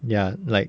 ya like